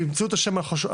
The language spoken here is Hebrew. תמצאו אתם את השם הנכון,